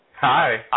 Hi